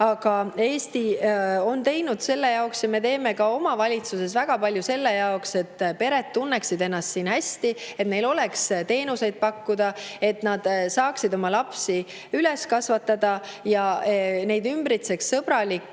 Aga Eesti on teinud selle jaoks, me teeme ka valitsuses väga palju selle jaoks, et pered tunneksid ennast siin hästi, et meil oleks teenuseid pakkuda, et nad saaksid oma lapsi üles kasvatada ja neid ümbritseks sõbralik